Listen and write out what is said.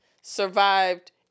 survived